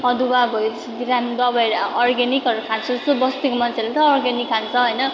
अदुवा भयो बिरान् दबाईहरू अ अर्ग्यानिकहरू खान्छ जस्तो बस्तीको मान्छेहरूले त अर्ग्यानिक खान्छ होइन